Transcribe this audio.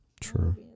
true